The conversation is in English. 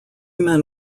men